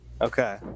okay